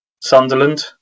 Sunderland